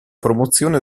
promozione